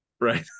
Right